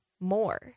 more